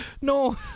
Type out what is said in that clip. no